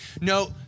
No